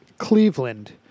Cleveland